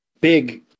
big